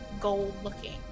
gold-looking